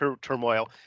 turmoil